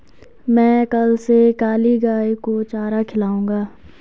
मैं कल से काली गाय को चारा खिलाऊंगा